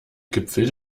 gipfel